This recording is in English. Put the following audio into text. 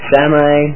Samurai